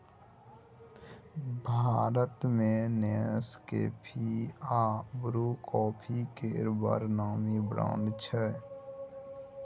भारत मे नेसकेफी आ Bru coffee केर बड़ नामी ब्रांड छै